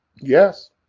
Yes